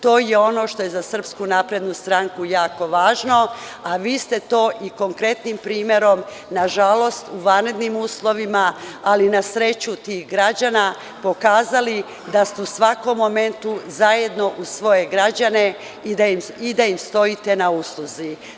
To je ono što je za Srpsku naprednu stranku jako važno, a vi ste to i konkretnim primerom, nažalost u vanrednim uslovima, ali na sreću tih građana pokazali da ste u svakom momentu zajedno uz svoje građane i da im stojite na usluzi.